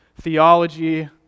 theology